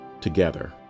together